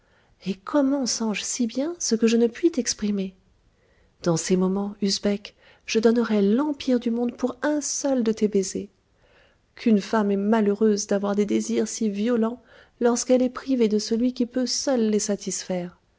et comment sens je si bien ce que je ne puis t'exprimer dans ces moments usbek je donnerois l'empire du monde pour un seul de tes baisers qu'une femme est malheureuse d'avoir des désirs si violents lorsqu'elle est privée de celui qui peut seul les satisfaire